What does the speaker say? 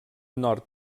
nord